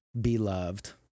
beloved